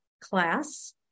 class